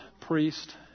priest